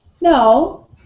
No